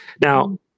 Now